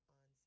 on